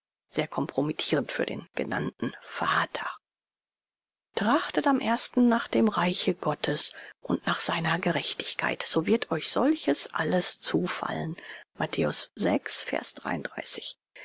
sehr compromittirend für den genannten vater trachtet am ersten nach dem reiche gottes und nach seiner gerechtigkeit so wird euch solches alles zufallen